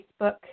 Facebook